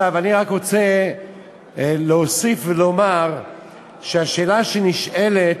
אני רק רוצה להוסיף ולומר שהשאלה שנשאלת,